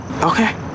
Okay